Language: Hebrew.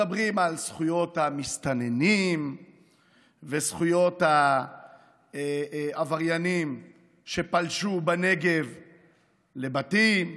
מדברים על זכויות המסתננים וזכויות העבריינים שפלשו בנגב לבתים.